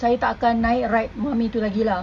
saya tak akan naik ride mummy tu lagi lah